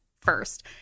first